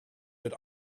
but